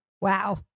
Wow